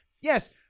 Yes